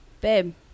babe